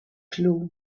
clue